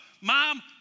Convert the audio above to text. Mom